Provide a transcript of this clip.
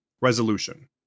Resolution